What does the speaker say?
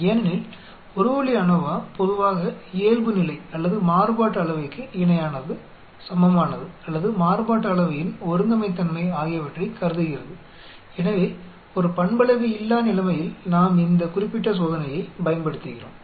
ஏனெனில் ஒரு வழி ANOVA பொதுவாக இயல்புநிலை அல்லது மாறுபாட்டு அளவைக்கு இணையானது சமமானது அல்லது மாறுபாட்டு அளவையின் ஒருங்கமைத்தன்மை ஆகியவற்றைக் கருதுகிறது எனவே ஒரு பண்பளவையில்லா நிலைமையில் நாம் இந்த குறிப்பிட்ட சோதனையைப் பயன்படுத்துகிறோம்